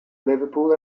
liverpool